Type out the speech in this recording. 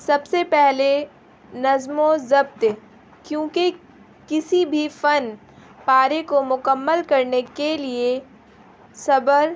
سب سے پہلے نظم و ضبط کیونکہ کسی بھی فن پارے کو مکمل کرنے کے لیے صبر